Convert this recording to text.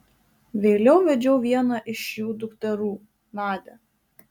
vėliau vedžiau vieną iš jų dukterų nadią